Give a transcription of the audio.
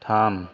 थाम